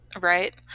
Right